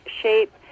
shape